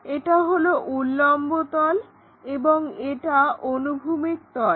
এটা হলো উল্লম্ব তল এবং এটা অনুভূমিক তল